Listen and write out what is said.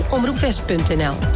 Omroepwest.nl